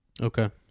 okay